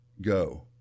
go